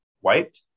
White